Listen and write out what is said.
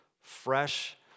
fresh